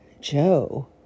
Joe